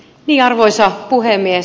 arvoisa puhemies